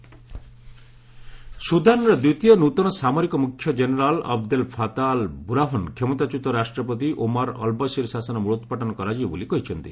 Sudan new leader ସୁଦାନର ଦ୍ୱିତୀୟ ନୃତନ ସାମରିକ ମୁଖ୍ୟ general Abdel Fattah al Burhan କ୍ଷମତାଚ୍ୟୁତ ରାଷ୍ଟ୍ରପତି ଓମାର ଅଲବସିର ଶାସନର ମୂଳୋପ୍ରାଟନ କରାଯିବ ବୋଲି କହିଛନ୍ତି